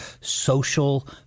social